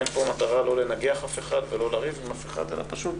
אין פה מטרה לא לנגח אף אחד ולא לריב עם אף אחד אלא פשוט